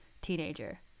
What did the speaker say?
teenager